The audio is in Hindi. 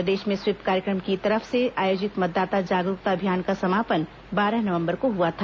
प्रदेश में स्वीप कार्यक्रम की तरफ से आयोजित मतदाता जागरूकता अभियान का समापन बारह नवंबर को हुआ था